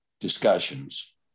discussions